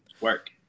Work